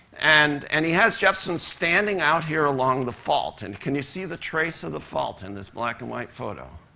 and and he has jepson standing out here along the fault. and can you see the trace of the fault in this black-and-white photo?